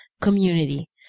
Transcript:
community